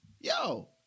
Yo